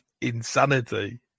insanity